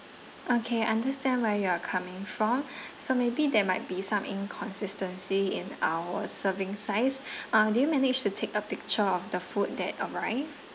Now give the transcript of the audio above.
okay understand where you are coming from so maybe there might be some inconsistency in our serving size uh did you manage to take a picture of the food that arrived